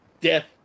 death